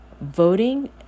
Voting